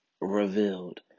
revealed